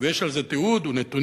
ויש על זה תיעוד ונתונים.